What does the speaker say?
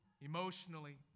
emotionally